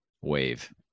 wave